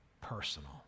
personal